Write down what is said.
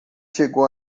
chegou